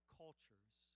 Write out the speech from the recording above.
cultures